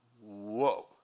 Whoa